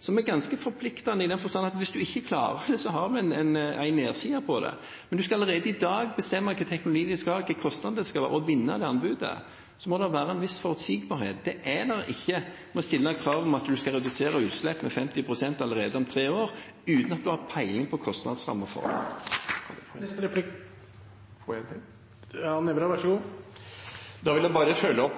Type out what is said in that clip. som er ganske forpliktende i den forstand at om man ikke klarer det, så har det en nedside – hvis man allerede i dag skal bestemme hvilken teknologi man skal ha, hvilken kostnad det skal ha – og vinne det anbudet, så må det være en viss forutsigbarhet. Det er det ikke ved å stille krav om at man skal redusere utslipp med 50 pst. allerede om tre år, uten at vi har peiling på kostnadsrammen for det. Da vil jeg følge opp